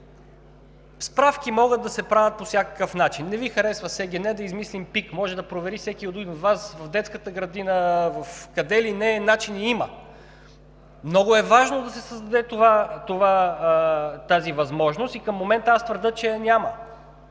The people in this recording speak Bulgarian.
справки могат да се правят по всякакъв начин – не Ви харесва с ЕГН, да измислим ПИК, може да провери всеки един от Вас в детската градина, къде ли не, начини има. Много е важно да се създаде тази възможност и към момента аз твърдя, че я няма.